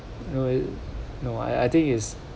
no no I I think it's